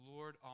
Lord